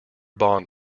bond